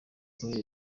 kubera